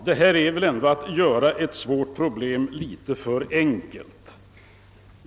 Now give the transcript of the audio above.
Detta är ändå att göra ett svårt problem litet för enkelt.